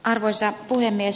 arvoisa puhemies